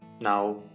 now